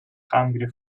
hungry